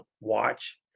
watch